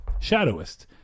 Shadowist